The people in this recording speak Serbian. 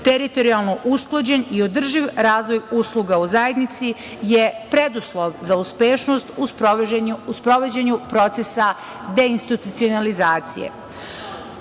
zaštite. Teritorijalno usklađen i održiv razvoj usluga u zajednici je preduslov za uspešnost u sprovođenju procesa deinstitucionalizacije. Donošenje